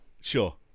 Sure